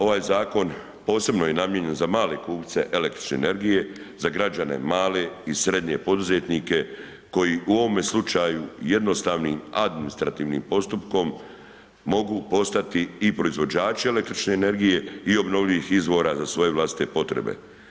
Ovaj zakon posebno je namijenjen za male kupce električne energije, za građane male i srednje poduzetnike koji u ovom slučaju jednostavnim administrativnim postupkom mogu postati i proizvođači električne energije i obnovljivih izvora za svoje vlastite potrebe.